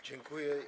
Dziękuję.